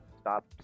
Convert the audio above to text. stop